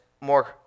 more